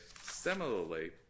similarly